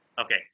Okay